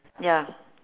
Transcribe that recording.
ya